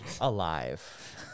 alive